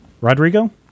Rodrigo